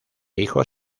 hijo